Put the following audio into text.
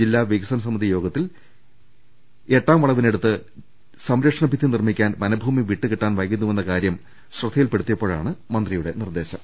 ജില്ലാ വികസനസമിതി യോഗത്തിൽ എട്ടാം വളവി നടുത്ത് സംരക്ഷണ ഭിത്തി നിർമ്മിക്കാൻ വനഭൂമി വിട്ടുകിട്ടാൻ വൈകുന്നു വെന്ന കാര്യം ശ്രദ്ധയിൽപ്പെടുത്തിയപ്പോഴാണ് മന്ത്രിയുടെ നിർദ്ദേശം